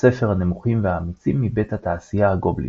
והספר "הנמוכים והאמיצים" מבית "התעשייה הגובלינית".